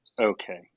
okay